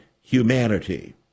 humanity